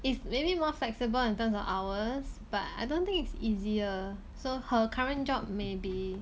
it's maybe more flexible in terms of hours but I don't think it's easier so her current job may be